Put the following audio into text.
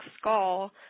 skull